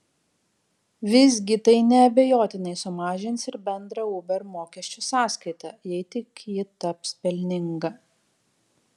visgi tai neabejotinai sumažins ir bendrą uber mokesčių sąskaitą jei tik ji taps pelninga